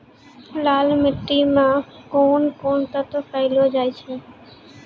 लाल मिट्टी मे कोंन कोंन तत्व पैलो जाय छै?